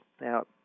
Now